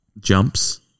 jumps